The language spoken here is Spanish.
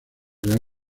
real